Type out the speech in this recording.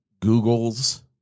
googles